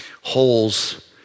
holes